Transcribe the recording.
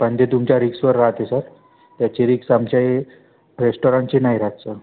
पण ते तुमच्या रिक्सवर राहते सर त्याची रिक्स आमच्या ए रेस्टॉरणची नाही राहात सर